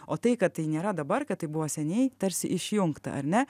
o tai kad tai nėra dabar kad tai buvo seniai tarsi išjungta ar ne